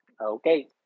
Okay